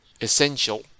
Essential